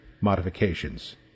modifications